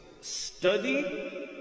study